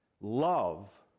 love